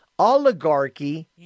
Oligarchy